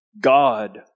God